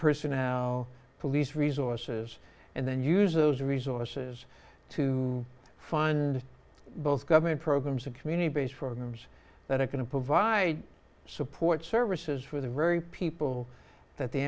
personnel police resources and then use those resources to find both government programs and community based programs that are going to provide support services for the very people that the